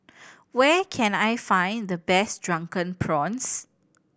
where can I find the best Drunken Prawns